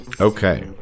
Okay